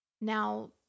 Now